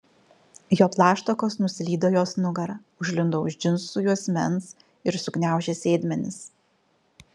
jo plaštakos nuslydo jos nugara užlindo už džinsų juosmens ir sugniaužė sėdmenis